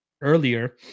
earlier